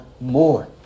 more